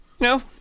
No